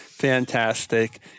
fantastic